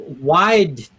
wide